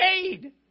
paid